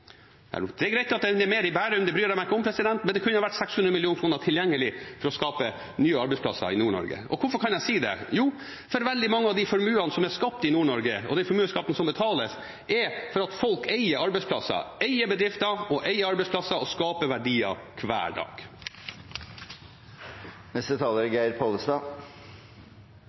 jeg meg ikke om, – men det kunne vært 600 mill. kr tilgjengelig for å skape nye arbeidsplasser i Nord-Norge. Og hvorfor kan jeg si det? Jo, fordi veldig mange av de formuene som er skapt i Nord-Norge – formuesskatten betaler – er fordi folk eier arbeidsplasser, eier bedrifter og skaper verdier hver dag.